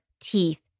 teeth